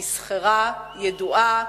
נסחרה, ידועה,